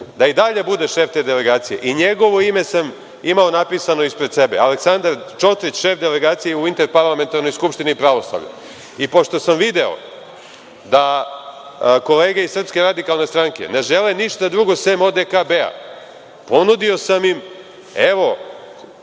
da i dalje bude šef te delegacije i njegovo ime sam imao napisano ispred sebe, Aleksandar Čotrić, šef delegacije u Interparlamentarnoj skupštini pravoslavlja. Pošto sam video, da kolege iz SRS ne žele ništa drugo sem ODKB-a ponudio sam im, evo